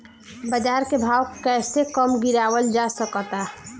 बाज़ार के भाव कैसे कम गीरावल जा सकता?